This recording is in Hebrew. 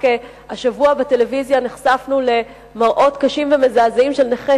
רק השבוע נחשפנו בטלוויזיה למראות קשים ומזעזעים של נכה